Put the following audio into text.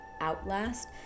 Outlast